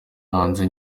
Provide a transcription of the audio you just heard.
hanze